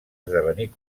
esdevenir